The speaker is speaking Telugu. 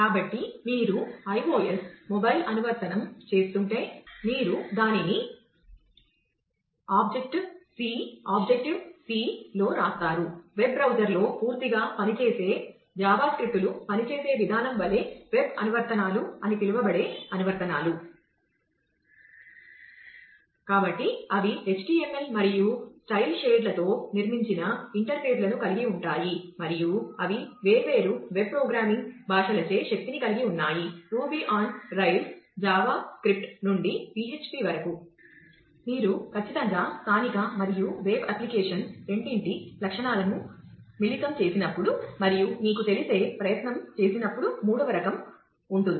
కాబట్టి మీరు iOS మొబైల్ అనువర్తనాలు అని పిలువబడే అనువర్తనాలు కాబట్టి అవి HTML మరియు స్టైల్ షేడ్ రెండింటి లక్షణాలను మిళితం చేసినప్పుడు మరియు మీకు తెలిసే ప్రయత్నం చేసినప్పుడు మూడవ రకం ఉంటుంది